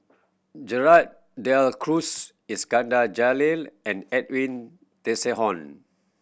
Gerald De Cruz Iskandar Jalil and Edwin Tessensohn